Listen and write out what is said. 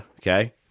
okay